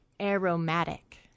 aromatic